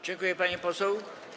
Dziękuję, pani poseł.